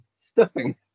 Stuffing